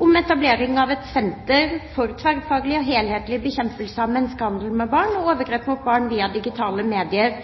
om etablering av et senter for tverrfaglig og helhetlig bekjempelse av menneskehandel og overgrep mot barn via digitale medier